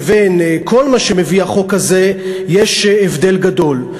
לבין כל מה שמביא החוק הזה יש הבדל גדול.